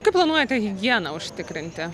kaip planuojate higieną užtikrinti